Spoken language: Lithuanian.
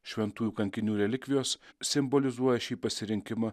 šventųjų kankinių relikvijos simbolizuoja šį pasirinkimą